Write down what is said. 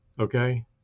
Okay